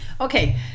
okay